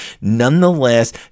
Nonetheless